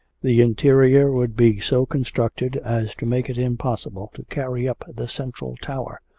the interior would be so constructed as to make it impossible to carry up the central tower.